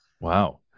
wow